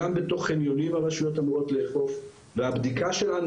גם בתוך חניונים הרשויות אמורות לאכוף והבדיקה שלנו